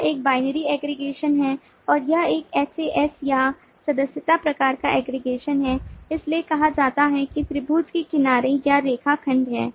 यह एक binary aggregation है और यह एक HAS या सदस्यता प्रकार का aggregation है इसलिए यह कहता है कि त्रिभुज के किनारे या रेखा खंड हैं